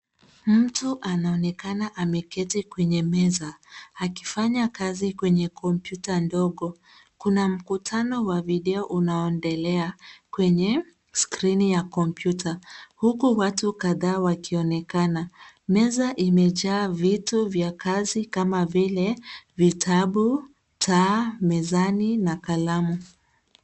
Mtu anaonekana ameketi kwenye meza , akifanya kazi kwenye kompyuta ndogo. Kuna mkutano wa video unaoendelea kwenye skirini ya kompyuta, huku watu kadhaa wakionekana. Meza imejaa vitu vya kazi, kama vile, vitabu, taa mezani, na kalamu.